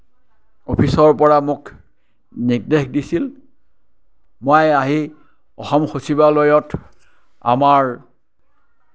অফিচৰ পৰা মোক নিৰ্দেশ দিছিল মই আহি অসম সচিবালয়ত আমাৰ